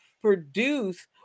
produce